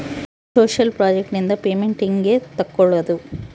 Social project ನಿಂದ payment ಹೆಂಗೆ ತಕ್ಕೊಳ್ಳದು?